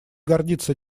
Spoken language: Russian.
гордится